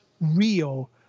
real